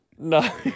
No